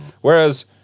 Whereas